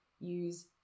use